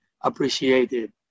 appreciated